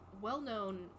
well-known